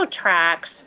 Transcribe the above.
tracks